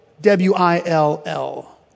W-I-L-L